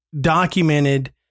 documented